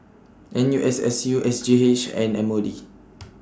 N U S S U S G H and M O D